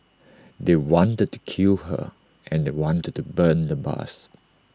they wanted to kill her and they wanted to burn the bus